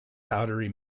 powdery